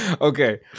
okay